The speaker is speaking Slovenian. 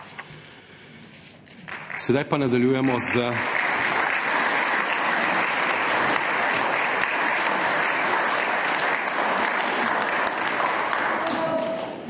Sedaj pa nadaljujemo s